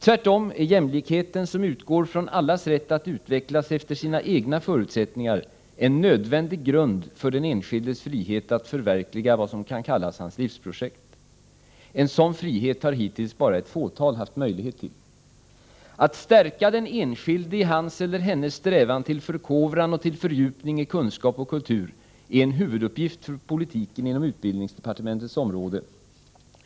Tvärtom är jämlikheten, som utgår från allas rätt att utvecklas efter sina egna förutsättningar, en nödvändig grund för den enskildes frihet att förverkliga sina ”livsprojekt”. En sådan frihet har hittills bara ett fåtal haft möjlighet till. Att stärka den enskilde i hans eller hennes strävan till förkovran och till fördjupning i kunskap och kultur är en huvuduppgift för politiken inom utbildningsdepartementets område.